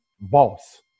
Boss